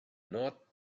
not